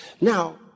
Now